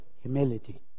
humility